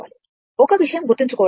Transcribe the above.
ఒక విషయం గుర్తుంచుకోవడం ముఖ్యం